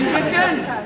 כן וכן.